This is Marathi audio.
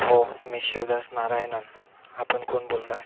हो मी शिवदास नारायणन आपण कोण बोलत आहे